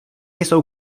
jsou